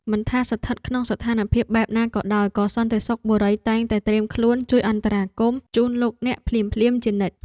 មិនថាស្ថិតក្នុងស្ថានភាពបែបណាក៏ដោយក៏សន្តិសុខបុរីតែងតែត្រៀមខ្លួនជួយអន្តរាគមន៍ជូនលោកអ្នកភ្លាមៗជានិច្ច។